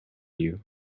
you